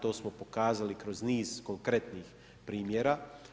To smo pokazali kroz niz konkretnih primjera.